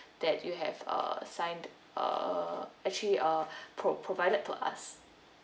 that you have uh signed uh actually uh pro provided to us